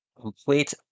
complete